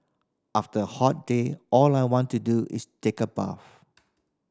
after a hot day all I want to do is take a bath